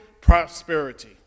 prosperity